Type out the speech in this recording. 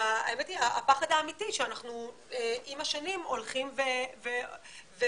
והפחד האמיתי שאנחנו עם השנים הולכים ונעלמים.